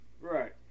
Right